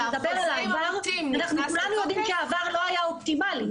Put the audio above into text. לדבר על העבר כולנו יודעים שהעבר לא היה אופטימלי,